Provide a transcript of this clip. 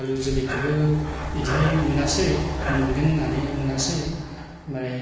आलु जोलैखोबो इदि मोनासै मोनगोन होननानै मोनासै ओमफ्राय